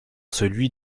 celui